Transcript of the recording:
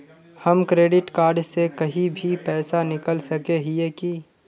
हम credit card से कहीं भी पैसा निकल सके हिये की?